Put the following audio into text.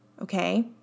okay